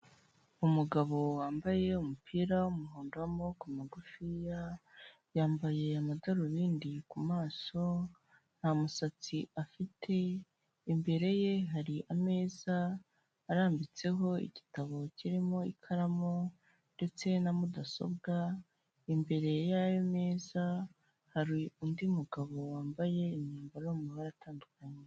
Umugabo wambaye umupira w'umuhondo w'amaboko magufiya; yambaye amadarubindi ku maso, nta musatsi afite; imbere ye hari ameza arambitseho igitabo kirimo ikaramu ndetse na mudasobwa; imbere yayo meza hari undi mugabo wambaye imyambaro mu mabara atandukanye.